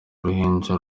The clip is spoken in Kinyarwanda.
uruhinja